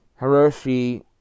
Hiroshi